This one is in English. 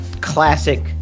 classic